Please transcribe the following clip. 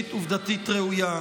חינם ואפליה.